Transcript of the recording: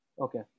okay